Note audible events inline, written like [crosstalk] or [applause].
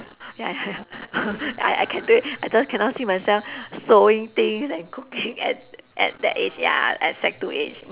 ya ya ya [laughs] I I can do it I just cannot see myself sewing things and cooking at at that age ya at sec two age